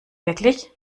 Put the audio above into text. wirklich